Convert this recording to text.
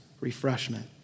refreshment